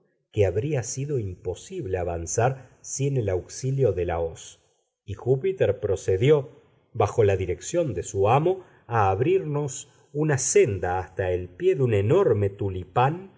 que habría sido imposible avanzar sin el auxilio de la hoz y júpiter procedió bajo la dirección de su amo a abrirnos una senda hasta el pie de un enorme tulipán